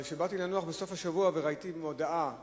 אבל כשבאתי לנוח בסוף השבוע וראיתי מודעה בעיתונות,